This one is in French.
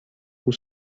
pour